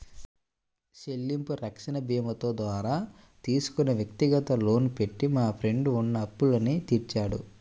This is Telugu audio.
చెల్లింపు రక్షణ భీమాతో ద్వారా తీసుకున్న వ్యక్తిగత లోను పెట్టి మా ఫ్రెండు ఉన్న అప్పులన్నీ తీర్చాడు